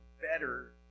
better